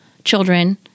children